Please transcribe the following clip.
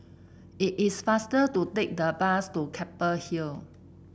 it is faster to take the bus to Keppel Hill